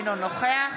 אינו נוכח